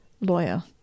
lawyer